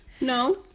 No